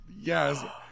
yes